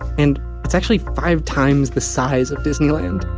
and it's actually five times the size of disneyland.